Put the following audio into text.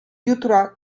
jutra